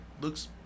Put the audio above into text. looks